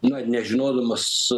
na nežinodamas